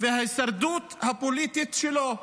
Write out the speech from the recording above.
וההישרדות הפוליטית שלו.